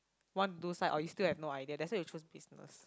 want to do psych or you still have no idea that's why you choose business